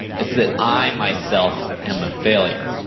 it's that i myself am a failure.